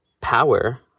power